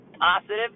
positive